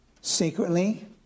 secretly